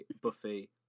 Buffy